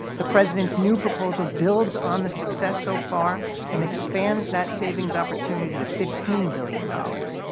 the president's new proposal builds on the success so far and expands that savings opportunity to fifteen billion dollars.